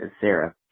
Sarah